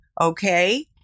Okay